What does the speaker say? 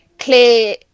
clear